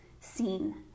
seen